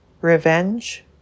revenge